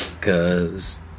Cause